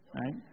right